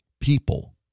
people